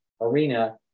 arena